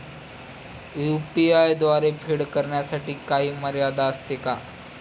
UPI द्वारे फेड करण्यासाठी काही मर्यादा असते का?